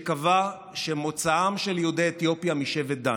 שקבע שמוצאם של יהודי אתיופיה משבט דן.